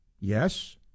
Yes